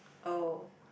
oh